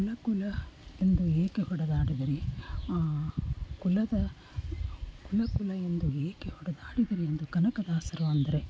ಕುಲ ಕುಲ ಎಂದು ಏಕೆ ಹೊಡೆದಾಡುವಿರಿ ಕುಲದ ಕುಲ ಕುಲ ಎಂದು ಏಕೆ ಹೊಡೆದಾಡುವಿರಿ ಎಂದು ಕನಕದಾಸರು ಅಂದರೆ